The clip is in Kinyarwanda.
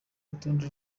urutonde